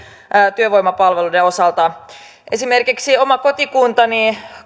työvoimapalveluiden osalta toimii ja mikä ei esimerkiksi oma kotikuntani